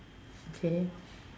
okay